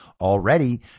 Already